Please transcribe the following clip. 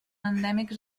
endèmics